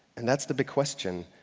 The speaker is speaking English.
and that's the big question.